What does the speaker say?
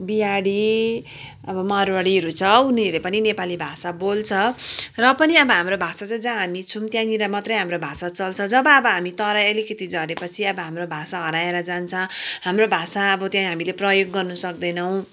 बिहारी अब मारवाडीहरू छ उनीहरूले पनि नेपाली भाषा बोल्छ र पनि अब हाम्रो भाषा चाहिँ जहाँ हामी छौँ त्यहाँ निर मात्र हाम्रो भाषा चल्छ जब अब हामी तराइ अलिकति झरेपछि अब हाम्रो भाषा हराएर जान्छ हाम्रो भाषा अब त्यहाँ हामीले प्रयोग गर्न सक्दैनौँ